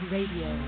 Radio